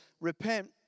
Repent